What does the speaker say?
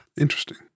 interesting